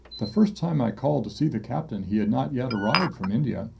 the first time i called to see the captain he had not yet arrived from india.